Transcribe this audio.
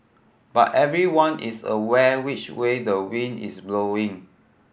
but everyone is aware which way the wind is blowing